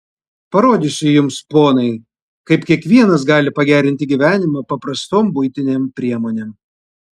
parodysiu jums ponai kaip kiekvienas gali pagerinti gyvenimą paprastom buitinėm priemonėm